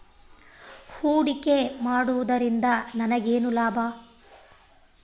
ಹೂಡಿಕೆ ಮಾಡುವುದರಿಂದ ನನಗೇನು ಲಾಭ?